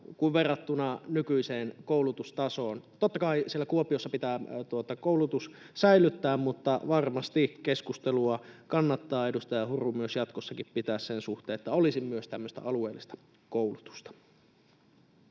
verrattuna nykyiseen koulutustasoon. Totta kai siellä Kuopiossa pitää koulutus säilyttää, mutta varmasti keskustelua kannattaa, edustaja Huru, myös jatkossakin pitää sen suhteen, että olisi myös tämmöistä alueellista koulutusta.